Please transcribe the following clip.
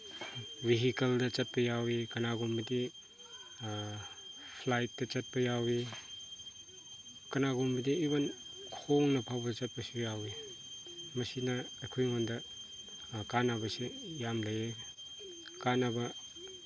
ꯚꯤꯍꯤꯀꯜꯗ ꯆꯠꯄ ꯌꯥꯎꯋꯤ ꯀꯅꯥꯒꯨꯝꯕꯗꯤ ꯐ꯭ꯂꯥꯏꯠꯇ ꯆꯠꯄ ꯌꯥꯎꯏ ꯀꯅꯥꯒꯨꯝꯕꯗꯤ ꯏꯚꯟ ꯈꯣꯡꯅ ꯐꯥꯎꯕ ꯆꯠꯄꯁꯨ ꯌꯥꯎꯋꯤ ꯃꯁꯤꯅ ꯑꯩꯈꯣꯏꯉꯣꯟꯗ ꯀꯥꯟꯅꯕꯁꯤ ꯌꯥꯝ ꯂꯩꯌꯦ ꯀꯥꯟꯅꯕ